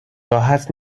راحت